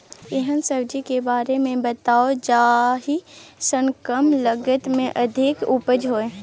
एहन सब्जी के बारे मे बताऊ जाहि सॅ कम लागत मे अधिक उपज होय?